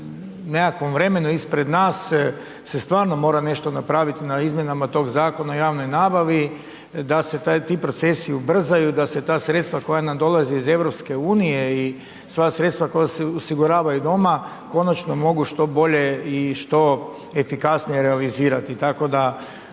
nekakvom vremenu ispred nas se stvarno mora nešto napraviti na izmjenama tog Zakona o javnoj nabavi, da se ti procesi ubrzaju, da se ta sredstva koja nam dolaze iz EU i sva sredstva koja se osiguravaju doma konačno mogu što bolje i što efikasnije realizirati. Tako da